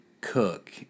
cook